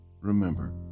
Remember